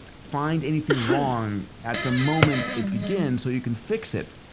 find anything wrong at the moment it begins so you can fix it,